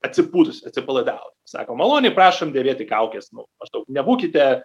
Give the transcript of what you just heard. atsipūtusi atsipalaidavus sako maloniai prašom dėvėti kaukes nu maždaug nebūkite